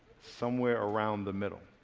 somewhere around the middle.